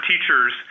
teachers